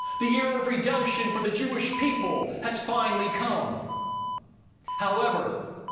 the year of redemption for the jewish people has finally come however,